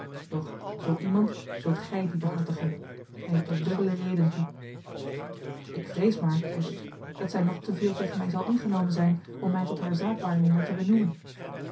doch zoo iemand zult gij die behartigen gij hebt er dubbele reden toe ik vrees maar zeide ik dat zij nog te veel tegen mij zal ingenomen zijn om mij tot haar zaakwaarnemer te benoemen